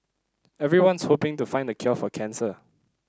everyone's hoping to find the cure for cancer